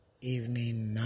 evening